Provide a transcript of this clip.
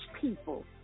people